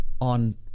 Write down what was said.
on